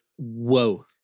Whoa